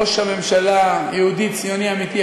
ראש הממשלה הוא יהודי ציוני אמיתי,